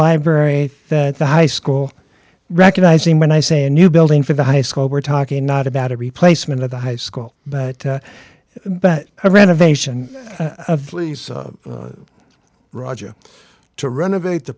library that the high school recognizing when i say a new building for the high school we're talking not about a replacement of the high school but but renovation of lee's roger to renovate the